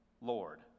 Lord